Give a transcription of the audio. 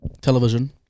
television